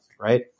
right